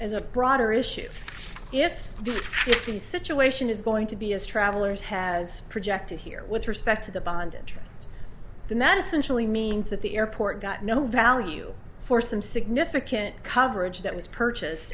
as a broader issue is if the situation is going to be as travelers has projected here with respect to the bond interest the madison truly means that the airport got no value for some significant coverage that was purchased